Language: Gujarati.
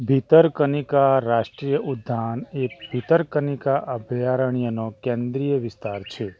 ભિતરકનિકા રાષ્ટ્રીય ઉદ્યાન એ ભિતરકનિકા અભયારણ્યનો કેન્દ્રિય વિસ્તાર છે